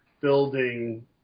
building